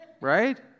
right